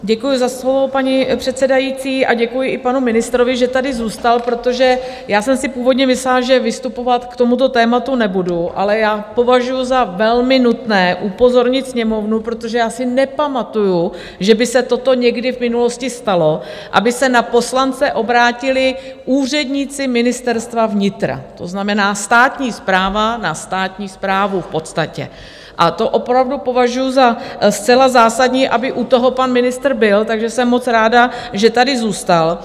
Děkuji za slovo paní předsedající a děkuji i panu ministrovi, že tady zůstal, protože já jsem si původně myslela, že vystupovat k tomuto tématu nebudu, ale považuju za velmi nutné upozornit Sněmovnu protože já si nepamatuju, že by se toto někdy v minulosti stalo, aby se na poslance obrátili úředníci Ministerstva vnitra, to znamená, státní správa na státní správu v podstatě, a to opravdu považuju za zcela zásadní, aby u toho pan ministr byl, takže jsem moc ráda, že tady zůstal.